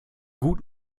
gut